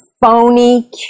phony